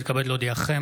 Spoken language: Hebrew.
אני מתכבד להודיעכם,